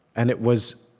and it was